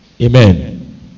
amen